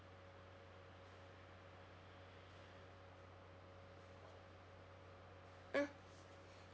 mm